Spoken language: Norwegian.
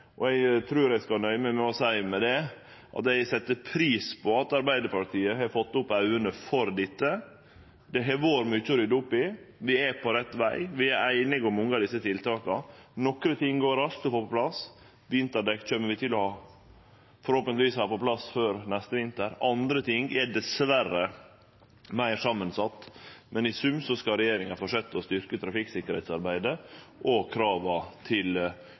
og eg trur eg skal nøye med meg med å seie at eg set pris på at Arbeidarpartiet har fått opp auga for dette. Det har vore mykje å rydde opp i, vi er på rett veg, og vi er einige om mange av desse tiltaka. Nokre ting går raskt å få på plass, vinterdekk vil forhåpentlegvis vere på plass før neste vinter, andre ting er dessverre meir samansett. Men i sum skal regjeringa fortsetje å styrkje trafikksikkerheitsarbeidet og krava til